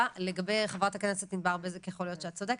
לגבי חברת הכנסת ענבר בזק יכול להיות שאת צודקת,